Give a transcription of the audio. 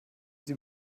sie